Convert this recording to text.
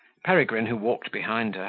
peregrine, who walked behind her,